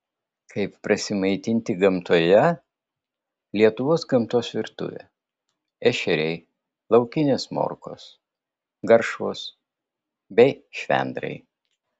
kaip prasimaitinti gamtoje lietuvos gamtos virtuvė ešeriai laukinės morkos garšvos bei švendrai